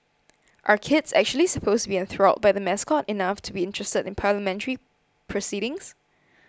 are kids actually supposed to be enthralled by the mascot enough to be interested in Parliamentary proceedings